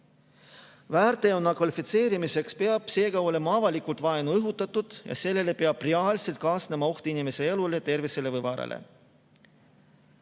Väärteona kvalifitseerumiseks peab seega olema avalikult vaenu õhutatud ja sellele peab reaalselt kaasnema oht inimese elule, tervisele või varale.